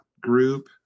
group